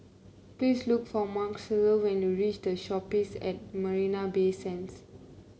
please look for Marcela when you reach The Shoppes at Marina Bay Sands